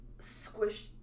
squished